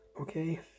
Okay